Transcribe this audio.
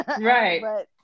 Right